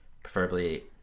preferably